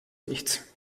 nichts